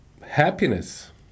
happiness